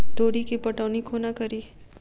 तोरी केँ पटौनी कोना कड़ी?